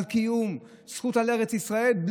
לקיום זכות על ארץ ישראל,